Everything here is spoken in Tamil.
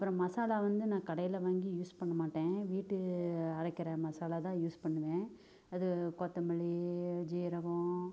அப்புறம் மசாலா வந்து நான் கடையில் வாங்கி யூஸ் பண்ண மாட்டேன் வீட்டு அரைக்கிற மசாலா தான் யூஸ் பண்ணுவேன் அது கொத்தமல்லி சீரகம்